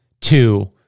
two